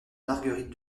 marguerite